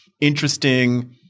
interesting